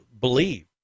believe